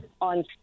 on